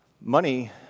money